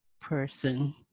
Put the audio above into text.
person